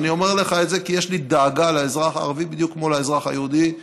ואני אומר לך את זה כי יש לי דאגה לאזרח הערבי בדיוק כמו לאזרחי היהודי.